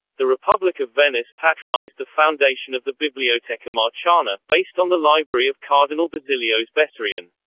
the republic of venice patronized the foundation of the biblioteca marciana, based on the library of cardinal basilios bessarion.